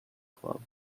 club